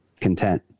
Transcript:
content